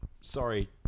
Sorry